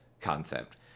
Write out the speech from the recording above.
concept